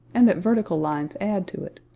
and that vertical lines add to it,